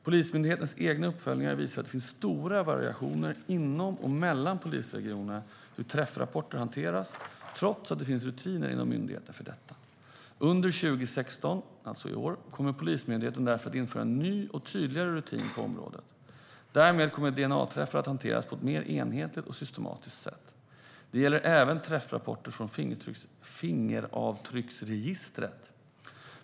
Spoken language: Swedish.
Polismyndighetens egna uppföljningar visar att det finns stora variationer inom och mellan polisregionerna i hur träffrapporter hanteras, trots att det finns rutiner inom myndigheten för detta. Under 2016 kommer Polismyndigheten därför att införa en ny och tydligare rutin på området. Därmed kommer DNA-träffar att hanteras på ett mer enhetligt och systematiskt sätt. Det gäller även träffrapporter från fingeravtrycksregistret.